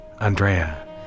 Andrea